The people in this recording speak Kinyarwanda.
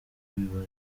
biba